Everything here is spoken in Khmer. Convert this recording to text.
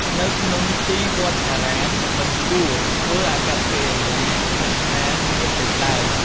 នៅក្នុងទីវត្តអារាម មិនគួរធ្វើអាកប្បកិរិយាស្និទ្ធស្នាលគ្នាពេកឡើយ។